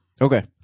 Okay